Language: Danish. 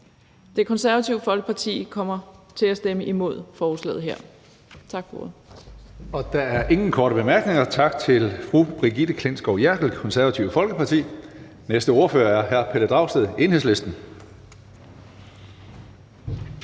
Det Konservative Folkeparti kommer til at stemme imod forslaget her. Tak for ordet. Kl. 14:38 Tredje næstformand (Karsten Hønge): Der er ingen korte bemærkninger. Tak til fru Brigitte Klintskov Jerkel, Det Konservative Folkeparti. Næste ordfører er hr. Pelle Dragsted, Enhedslisten.